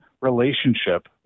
relationship